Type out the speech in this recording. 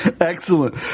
Excellent